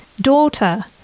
daughter